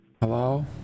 Hello